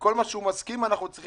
כל מה שהוא מסכים והוא אומר שזה